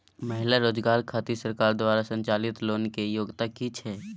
महिला रोजगार खातिर सरकार द्वारा संचालित लोन के योग्यता कि छै?